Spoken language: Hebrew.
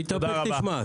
תתאפק, תשמע.